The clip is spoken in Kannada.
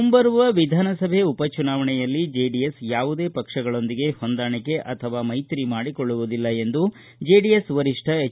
ಮುಂಬರುವ ವಿಧಾನಸಭೆ ಉಪಚುನಾವಣೆಯಲ್ಲಿ ಚೆಡಿಎಸ್ ಯಾವುದೇ ಪಕ್ಷಗಳೊಂದಿಗೆ ಹೊಂದಾಣಿಕೆ ಅಥವಾ ಮೈತ್ರಿ ಮಾಡಿಕೊಳ್ಳುವುದಿಲ್ಲ ಎಂದು ಜೆಡಿಎಸ್ ವರಿಷ್ಠ ಎಚ್